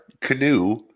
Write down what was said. canoe